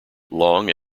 long